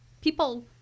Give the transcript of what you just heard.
people